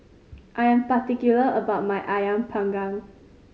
I am particular about my Ayam Panggang